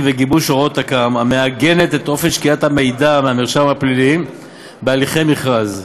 וגיבוש הוראת תכ"ם המעגנת את אופן שקילת המידע מהמרשם הפלילי בהליכי מכרז.